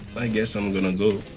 i guess i'm gonna go.